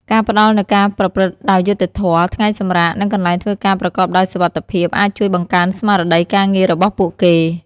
ការផ្តល់នូវការប្រព្រឹត្តដោយយុត្តិធម៌ ថ្ងៃសម្រាក និងកន្លែងធ្វើការប្រកបដោយសុវត្ថិភាពអាចជួយបង្កើនស្មារតីការងាររបស់ពួកគេ។